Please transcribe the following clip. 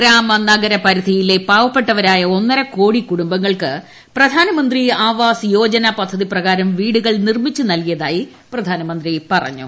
ഗ്രാമ നഗര പരിധിയിലെ പ്യൂബ്പ്പെട്ടവരായ ഒന്നര കോടി കുടുംബങ്ങൾക്ക് പ്രധാനമന്ത്രി ആവാസ് യോജന പദ്ധതി പ്രകാരം വീടുകൾ നിർമ്മിച്ചു നൽകിയതായി പ്രധാനമന്ത്രി പറഞ്ഞു